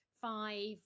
five